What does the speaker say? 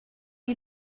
you